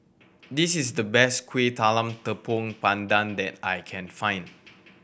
this is the best Kuih Talam Tepong Pandan that I can find